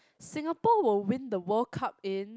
Singapore will win the World Cup in